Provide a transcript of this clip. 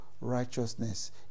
righteousness